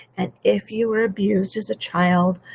and if you were abused as a child,